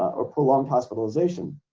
or prolonged hospitalization,